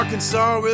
Arkansas